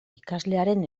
ikaslearen